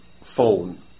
phone